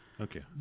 Okay